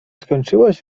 skończyłaś